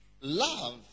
love